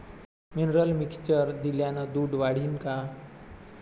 Mineral mixture दिल्यानं दूध वाढीनं का?